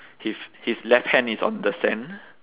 his his left hand is on the sand